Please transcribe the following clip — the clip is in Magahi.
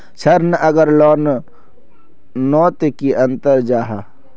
ऋण आर लोन नोत की अंतर जाहा?